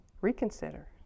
reconsider